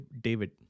David